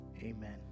amen